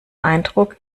eindruck